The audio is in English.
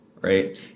right